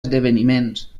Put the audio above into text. esdeveniments